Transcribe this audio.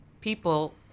people